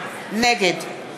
נגד